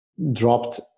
Dropped